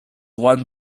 won